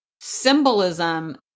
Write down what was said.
symbolism